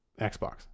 xbox